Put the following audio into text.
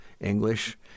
English